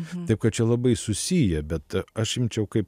taip kad čia labai susiję bet aš imčiau kaip